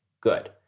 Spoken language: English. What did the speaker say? Good